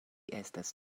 estas